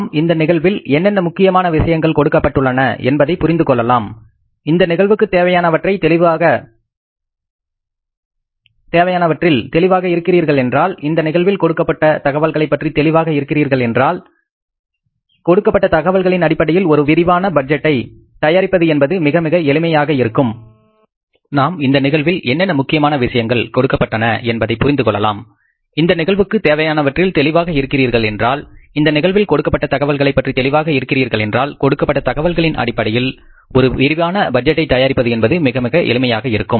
நாம் இந்த நிகழ்வில் என்னென்ன முக்கியமான விஷயங்கள் கொடுக்கப்பட்டன என்பதை புரிந்து கொள்ளலாம் இந்த நிகழ்வுக்கு தேவையானவற்றில் தெளிவாக இருக்கிறீர்கள் என்றால் இந்த நிகழ்வில் கொடுக்கப்பட்ட தகவல்களைப் பற்றி தெளிவாக இருக்கிறீர்கள் என்றால் கொடுக்கப்பட்ட தகவல்களின் அடிப்படையில் ஒரு விரிவான பட்ஜெட்டை தயாரிப்பது என்பது மிக மிக எளிமையாக இருக்கும்